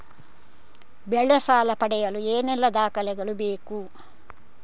ಬೆಳೆ ಸಾಲ ಪಡೆಯಲು ಏನೆಲ್ಲಾ ದಾಖಲೆಗಳು ಬೇಕು?